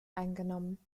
eingenommen